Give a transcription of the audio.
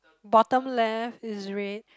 bottom left is red